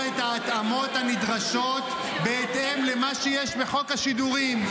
את ההתאמות הנדרשות בהתאם למה שיש בחוק השידורים.